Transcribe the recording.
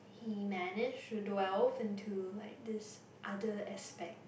he managed to do well into like this other aspect